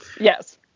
Yes